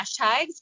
hashtags